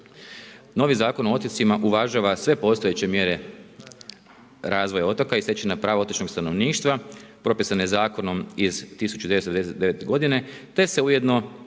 Novi Zakon o otocima uvažava sve postojeće mjere razvoja otoka i stečena prava otočnog stanovništva, propisane zakonom iz 1999. godine te se ujedno